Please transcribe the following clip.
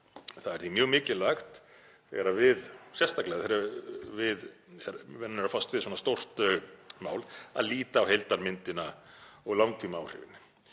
Það er því mjög mikilvægt, sérstaklega þegar menn eru að fást við svona stórt mál, að líta á heildarmyndina og langtímaáhrifin.